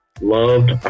loved